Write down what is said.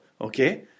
Okay